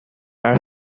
are